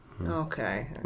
Okay